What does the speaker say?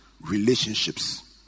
relationships